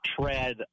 tread